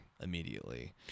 immediately